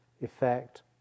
effect